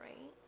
right